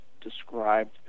described